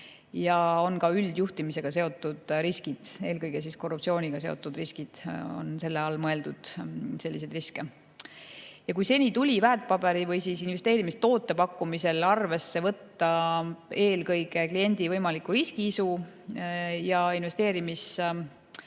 ja on üldjuhtimisega seotud riskid, eelkõige korruptsiooniga seotud riskid. Selle all on mõeldud selliseid riske. Kui seni tuli väärtpaberi või investeerimistoote pakkumisel arvesse võtta eelkõige kliendi võimalikku riskiisu ja investeerimisperspektiivi